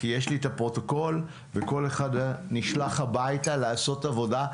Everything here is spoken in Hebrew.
כי יש לי את הפרוטוקול וכל אחד היה נשלח הביתה לעשות עבודה,